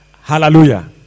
Hallelujah